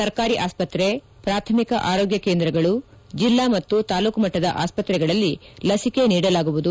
ಸರ್ಕಾರಿ ಆಸ್ವತ್ರೆ ಪ್ರಾಥಮಿಕ ಆರೋಗ್ಯ ಕೇಂದ್ರಗಳು ಜಿಲ್ಲಾ ಮತ್ತು ತಾಲೂಕು ಮಟ್ಟದ ಆಸ್ಪತ್ರೆಗಳಲ್ಲಿ ಲಸಿಕೆ ನೀಡಲಾಗುವುದು